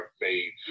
made